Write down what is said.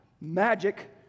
magic